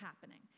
happening